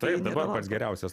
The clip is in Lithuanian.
taip dabar pats geriausias